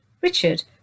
Richard